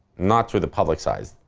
not through the public's eyes.